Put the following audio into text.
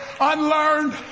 unlearned